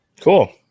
cool